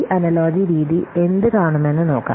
ഈ അനലോജി രീതി എന്ത് കാണുമെന്ന് നോക്കാം